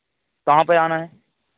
कहाँ पर आना है